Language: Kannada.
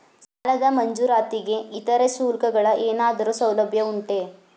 ಸಾಲದ ಮಂಜೂರಾತಿಗೆ ಇತರೆ ಶುಲ್ಕಗಳ ಏನಾದರೂ ಸೌಲಭ್ಯ ಉಂಟೆ?